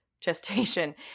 gestation